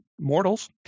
mortals